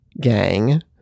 gang